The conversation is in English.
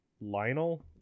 Lionel